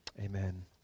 amen